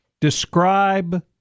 Describe